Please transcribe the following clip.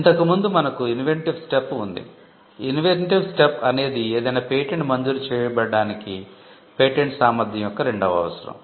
ఇంతకు ముందు మనకు ఇన్వెంటివ్ స్టెప్ అనేది ఏదైనా పేటెంట్ మంజూరు చేయబడటానికి పేటెంట్ సామర్థ్యం యొక్క రెండవ అవసరం